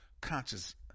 conscious